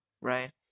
right